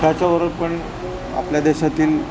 त्याच्याबरोबर पण आपल्या देशातील